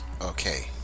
Okay